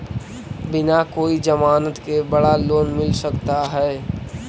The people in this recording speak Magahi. बिना कोई जमानत के बड़ा लोन मिल सकता है?